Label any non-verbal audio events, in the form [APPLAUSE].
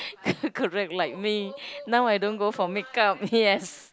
[LAUGHS] correct like me now I don't go for make-up yes